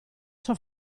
sua